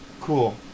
Cool